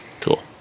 Cool